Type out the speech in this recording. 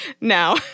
now